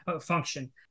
function